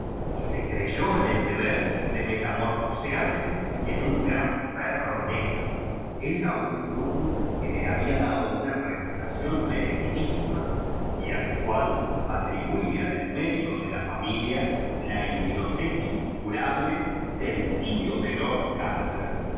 y se creyó en el deber de metamorfosearse en un gran perro negro era un truco que le había dado una repu tación merecidísíma y al cual atribuía el médico de la familia la idiotez incurable del tío de lord